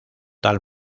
tal